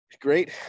Great